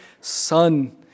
son